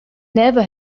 never